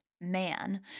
man